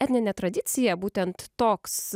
etninė tradicija būtent toks